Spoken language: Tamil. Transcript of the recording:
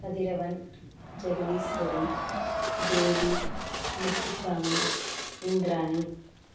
கதிரவன் ஜெகதீஸ்வரி தேவி முத்துச்சாமி இந்திராணி